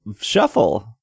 Shuffle